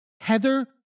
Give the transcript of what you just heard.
Heather